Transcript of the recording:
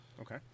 Okay